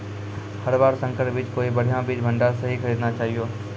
हर बार संकर बीज कोई बढ़िया बीज भंडार स हीं खरीदना चाहियो